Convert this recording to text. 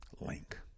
link